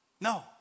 No